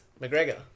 McGregor